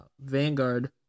Vanguard